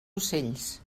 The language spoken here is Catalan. ocells